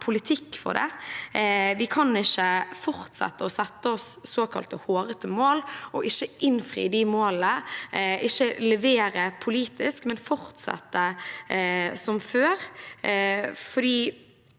politikk for det. Vi kan ikke fortsette å sette oss såkalt hårete mål og ikke innfri de målene, ikke levere politisk, men fortsette som før. Jeg